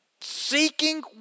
seeking